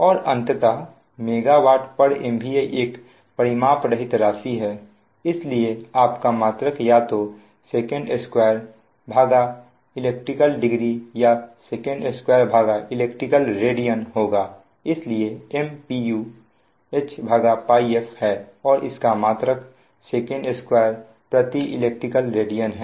और अंततः MWMVA एक परिमाप रहित राशि है इसलिए आप का मात्रक या तो sec2 elect degree या sec2elect radian होगा इसलिए M pu HΠfहै और इसका मात्रक sec2elect radian है